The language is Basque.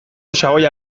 xaboia